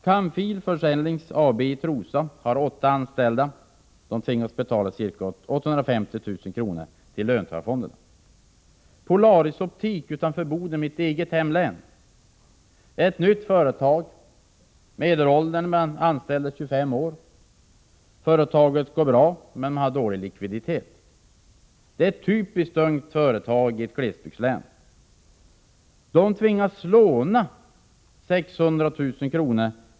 Camfil AB i Trosa har åtta anställda, och de har tvingats betala ca 850 000 kr. till löntagarfonderna. Polaris Optic AB utanför Boden, i mitt hemlän, är ett nytt företag. Medelåldern bland de anställda är 25 år. Företaget går bra men har dålig likviditet. Det är ett typiskt ungt företag i ett glesbygdslän. Man tvingas låna 600 000 kr.